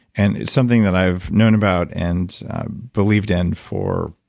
and it's something that i've known about and believed in for,